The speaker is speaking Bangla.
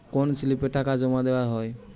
কোন স্লিপে টাকা জমাদেওয়া হয়?